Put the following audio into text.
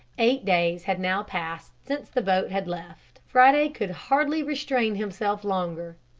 eight days had now passed since the boat had left. friday could hardly restrain himself longer.